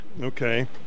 Okay